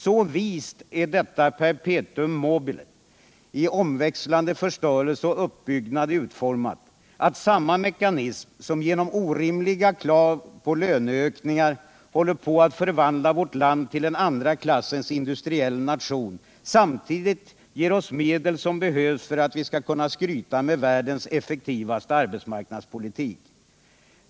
Så vist är detta perpetuum mobile i omväxlande förstörelse och uppbyggnad utformat att samma mekanism som genom orimliga krav på löneökningar håller på att förvandla vårt land till en andra klassens industrination samtidigt ger oss medel som behövs för att vi skall kunna skryta med världens effektivaste arbetsmarknadspolitik.